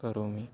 करोमि